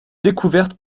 découverte